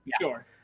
sure